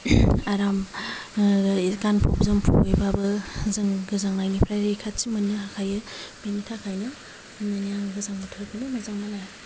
आराम गानफब जोमफबैब्लाबो जों गोजांनायनिफ्राय रैखाथि मोननो हायो बिनि थाखायनो माने आं गोजां बोथोरखौनो मोजां मोनो